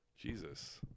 Jesus